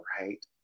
right